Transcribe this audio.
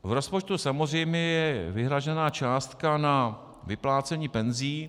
V rozpočtu je samozřejmě vyhrazená částka na vyplácení penzí.